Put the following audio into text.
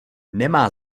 nemá